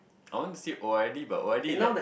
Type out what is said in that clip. I want say O_R_D but O_R_D like